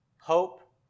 hope